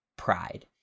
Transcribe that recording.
pride